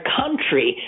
country